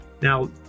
now